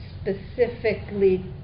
specifically